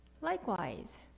Likewise